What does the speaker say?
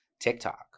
TikTok